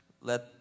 Let